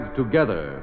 together